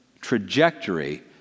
trajectory